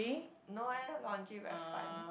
no eh laundry very fun